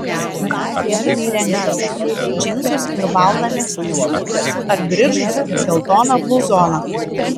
ką norėtumei rengtis džinsus ir baltą megztinį ar bridžus ir geltoną bluzoną